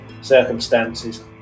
circumstances